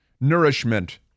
nourishment